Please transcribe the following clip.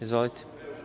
Izvolite.